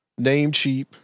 Namecheap